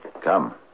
Come